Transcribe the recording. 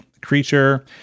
creature